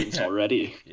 already